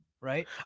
right